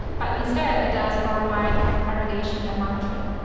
but instead it does org-wide aggregation and monitoring.